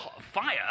fire